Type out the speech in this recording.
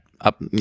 up